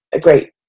great